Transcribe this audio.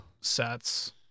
sets